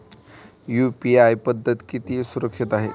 UPI पद्धत किती सुरक्षित आहे?